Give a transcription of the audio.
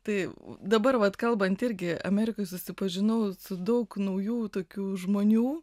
tai dabar vat kalbant irgi amerikoj susipažinau su daug naujų tokių žmonių